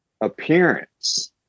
appearance